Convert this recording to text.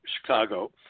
Chicago